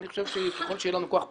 אני חושב שככל שיהיה לנו כוח פוליטי,